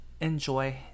enjoy